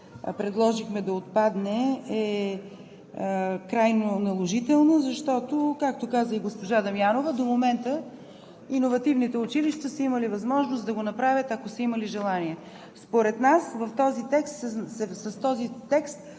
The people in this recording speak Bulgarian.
предложихме да отпадне, е крайно наложителна, защото, както каза и госпожа Дамянова, до момента иновативните училища са имали възможност да го направят, ако са имали желание. Според нас с този текст се внася